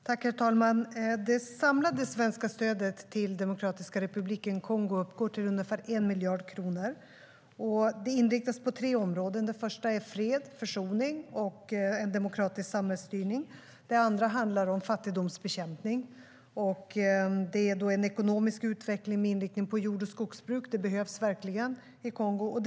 Herr talman! Det samlade svenska stödet till Demokratiska republiken Kongo uppgår till ungefär 1 miljard kronor och inriktas på tre områden. Det första är fred, försoning och en demokratisk samhällsstyrning. Det andra är fattigdomsbekämpning och gäller ekonomisk utveckling med inriktning på jord och skogsbruk, vilket verkligen behövs i Kongo.